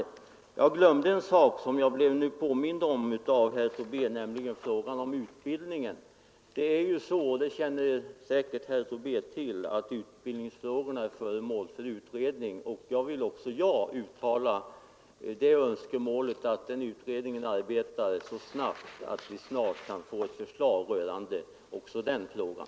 Jag glömde en sak som jag nu blev påmind om av herr Tobé, nämligen frågan om utbildningen. Som herr Tobé säkert känner till är utbildnings 129 frågorna föremål för utredning. Även jag vill uttala det önskemålet att denna utredning arbetar så snabbt att vi snart kan få ett förslag rörande också den frågan.